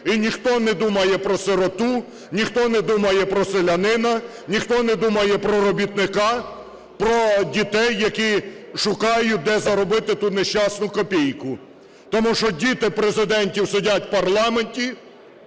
І ніхто не думає про сироту, ніхто не думає про селянина, ніхто не думає про робітника, про дітей, які шукають де заробити ту нещасну копійку. Тому що діти Президента сидять в парламенті,